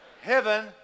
heaven